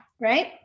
right